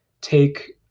take